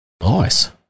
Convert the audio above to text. Nice